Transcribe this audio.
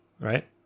right